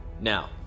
Now